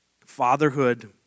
Fatherhood